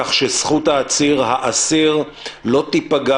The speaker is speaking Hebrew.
כך שזכות העציר/האסיר לא תיפגע.